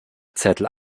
zettel